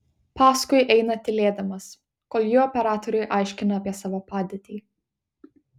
paskui eina tylėdamas kol ji operatoriui aiškina apie savo padėtį